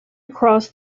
across